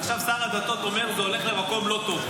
עכשיו שר הדתות אומר: זה הולך למקום לא טוב.